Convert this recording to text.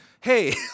hey